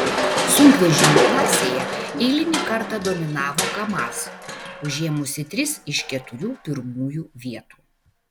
sunkvežimių klasėje eilinį kartą dominavo kamaz užėmusi tris iš keturių pirmųjų vietų